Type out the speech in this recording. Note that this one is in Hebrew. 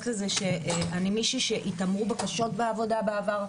לזה שאני מישהי שהתעמרו בה קשות בעבודה בעבר.